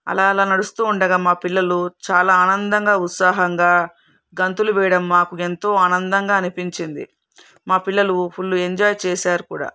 అలా అలా నడుస్తూ ఉండగా మా పిల్లలు చాలా ఆనందంగా ఉత్సాహంగా గంతులు వెయ్యడం మాకు ఎంతో ఆనందంగా అనిపించింది మా పిల్లలు ఫుల్లు ఎంజాయ్ చేశారు కూడా